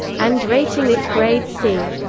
and rating it grade c.